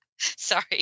Sorry